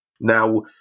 Now